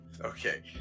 Okay